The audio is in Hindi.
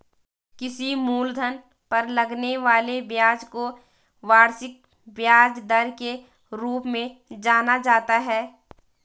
किसी मूलधन पर लगने वाले ब्याज को वार्षिक ब्याज दर के रूप में जाना जाता है